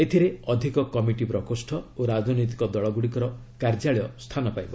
ଏଥିରେ ଅଧିକ କମିଟି ପ୍ରକୋଷ୍ଠ ଓ ରାଜନୈତିକ ଦଳଗୁଡ଼ିକର କାର୍ଯ୍ୟାଳୟ ସ୍ଥାନ ପାଇବ